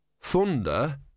Thunder